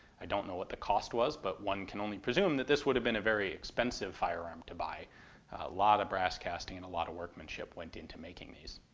i don't know what the cost was, but one can only presume that this would have been a very expensive firearm to buy. a lot of brass casting and a lot of workmanship went into making these.